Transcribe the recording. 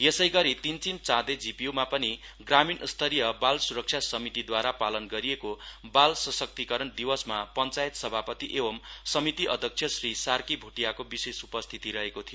यसैगरी तीनचिम चाँदे जिपियमा पनि ग्रामीण स्तरिय बाल सुरक्षा समितिद्वारा पालन गरिएको बाल सशक्तिकरण दिवसमा पञ्चायत सभापति एंव समिति अध्यक्ष श्री सार्की भोटीयाको विशेष उपस्थिति रहेको थियो